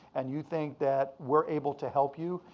and you think that we're able to help you,